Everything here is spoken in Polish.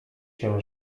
się